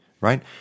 right